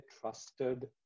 trusted